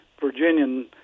Virginian